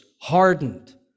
hardened